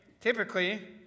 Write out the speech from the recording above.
typically